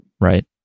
Right